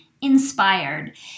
inspired